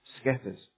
scatters